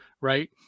right